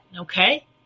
okay